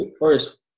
First